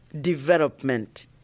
development